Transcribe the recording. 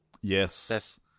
Yes